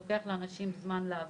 לוקח לאנשים זמן להבין,